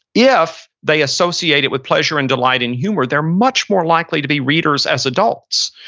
if they associate it with pleasure and delight and humor, they're much more likely to be readers as adults.